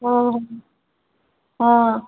ହଁ ହଁ